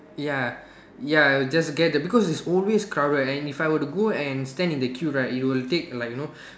ya ya I will just get them because it's always crowded and if I were to stand in the queue right it would take like you know